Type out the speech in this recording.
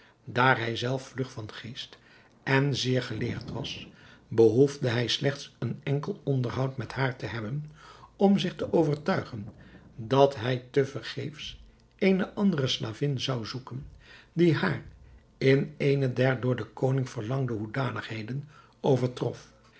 daar hij zelf vlug van geest en zeer geleerd was behoefde hij slechts een enkel onderhoud met haar te hebben om zich te overtuigen dat hij te vergeefs eene andere slavin zou zoeken die haar in eene der door den koning verlangde hoedanigheden overtrof